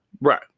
Right